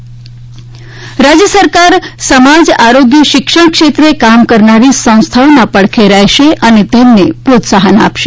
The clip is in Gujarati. સરદારધામ રાજ્ય સરકાર સમાજ આરોગ્ય શિક્ષણ ક્ષેત્રે કામ કરનારી સંસ્થાઓના પડખે રહેશે અને તેમને પ્રોત્સાફન આપશે